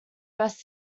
best